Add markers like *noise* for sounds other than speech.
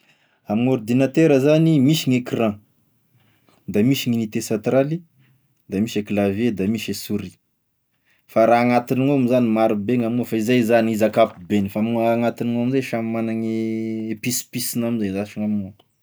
Ame ordinatera zany misy ny ecran, da misy ny unité sentraly da misy e clavier da misy e sourie, fa raha agnatinin'ao moa zany marobe gny ao moa fa izay zany izy ankapobeny fa amin'ny oa agnatinin'ao amzay samy magnagne *hesitation* pisopisony amizay zash gnaminao.